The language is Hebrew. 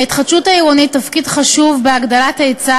להתחדשות העירונית תפקיד חשוב בהגדלת היצע